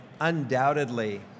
undoubtedly